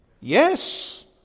Yes